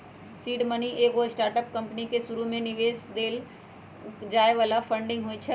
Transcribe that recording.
seed money एगो startup company में शुरुमे निवेश लेल देल जाय बला फंडिंग होइ छइ